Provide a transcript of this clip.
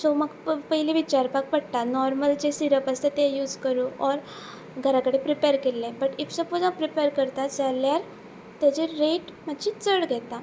so म्हाका पयली विचारपाक पडटा नॉर्मल जे सिरप आसता ते यूज करूं ऑर घरा कडेन प्रिपेर केल्ले बट इफ सपोज हांव प्रिपेर करता जाल्यार ताजी रेट मात्शी चड घेता